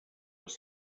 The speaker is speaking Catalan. les